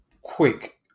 quick